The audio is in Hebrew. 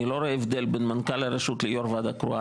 אני לא רואה הבדל בין מנכ"ל הרשות ליו"ר ועדה קרואה.